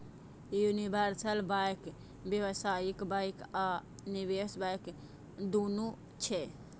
universal bank व्यावसायिक bank आ निवेश बैंक, दुनू छियै